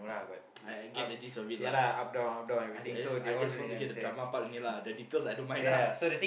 I I get the gist of it lah I I just I just want to hear the drama part only lah the details I don't mind lah